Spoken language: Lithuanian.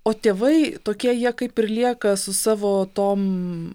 o tėvai tokie jie kaip ir lieka su savo tom